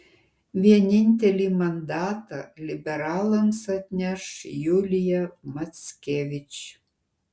vienintelį mandatą liberalams atneš julija mackevič